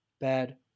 Bad